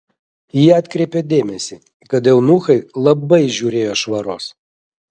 ji atkreipė dėmesį kad eunuchai labai žiūrėjo švaros